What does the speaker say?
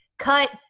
Cut